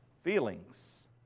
Feelings